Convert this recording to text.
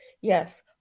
yes